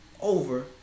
over